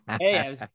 Hey